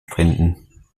finden